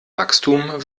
wachstum